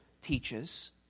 teaches